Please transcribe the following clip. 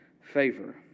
favor